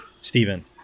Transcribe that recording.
Stephen